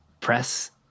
Press